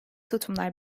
tutumlar